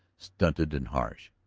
stunted and harsh.